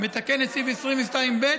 המתקן את סעיף 22ב,